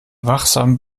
wachsamen